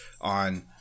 on